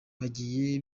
bagiye